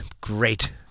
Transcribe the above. Great